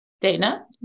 Dana